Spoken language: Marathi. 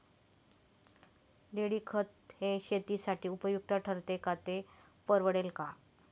लेंडीखत हे शेतीसाठी उपयुक्त ठरेल का, ते परवडेल का?